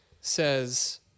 says